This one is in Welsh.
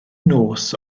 nos